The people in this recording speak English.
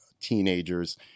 teenagers